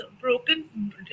broken